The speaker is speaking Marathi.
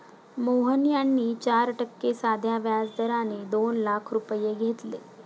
मोहन यांनी चार टक्के साध्या व्याज दराने दोन लाख रुपये घेतले